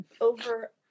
Over